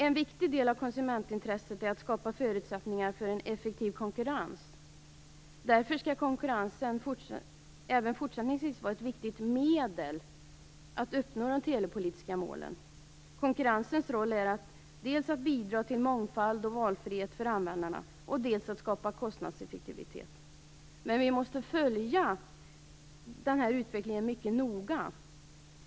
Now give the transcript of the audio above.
En viktig del av konsumentintresset är att skapa förutsättningar för en effektiv konkurrens. Därför skall konkurrensen även fortsättningsvis vara ett viktigt medel för att uppnå de telepolitiska målen. Konkurrensens roll är dels att bidra till mångfald och valfrihet för användarna, dels att skapa kostnadseffektivitet. Men vi måste följa utvecklingen mycket noga.